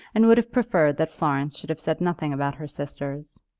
and would have preferred that florence should have said nothing about her sisters.